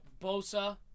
Bosa